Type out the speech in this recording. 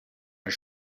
are